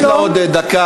יש לה עוד דקה.